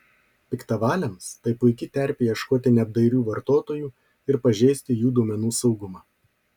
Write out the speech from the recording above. piktavaliams tai puiki terpė ieškoti neapdairių vartotojų ir pažeisti jų duomenų saugumą